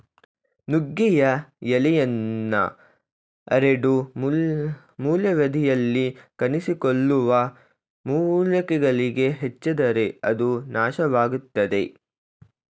ನುಗ್ಗೆಯ ಎಲೆಯನ್ನ ಅರೆದು ಮೂಲವ್ಯಾಧಿಯಲ್ಲಿ ಕಾಣಿಸಿಕೊಳ್ಳುವ ಮೊಳಕೆಗಳಿಗೆ ಹಚ್ಚಿದರೆ ಅದು ನಾಶವಾಗ್ತದೆ